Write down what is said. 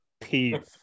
peeve